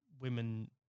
women